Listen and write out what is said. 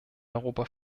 europa